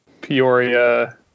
peoria